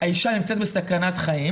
האשה נמצאת בסכנת חיים